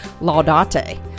Laudate